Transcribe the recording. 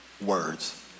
words